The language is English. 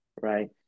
right